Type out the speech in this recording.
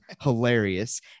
hilarious